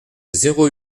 zéro